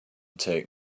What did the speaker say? take